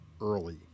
early